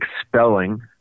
expelling